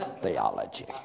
theology